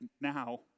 now